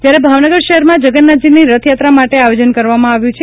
જ્યારે ભાવનગર શહેરમાં જગન્નાથજીની રથયાત્રા માટે આયોજન કરવામાં આવ્યું છે